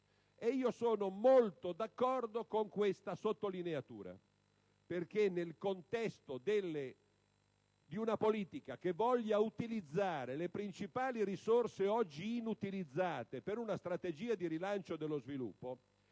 Io sono molto d'accordo con questa sottolineatura, perché, nel contesto di una politica che voglia utilizzare le principali risorse oggi inutilizzate per una strategia di rilancio dello sviluppo,